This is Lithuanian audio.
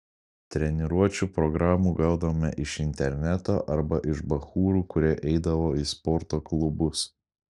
treniruočių programų gaudavome iš interneto arba iš bachūrų kurie eidavo į sporto klubus